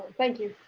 thank you.